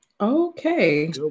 Okay